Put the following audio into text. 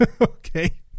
Okay